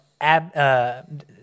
Ab